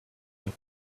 your